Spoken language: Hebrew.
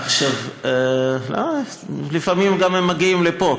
עכשיו, לפעמים הם גם מגיעים לפה.